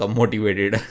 motivated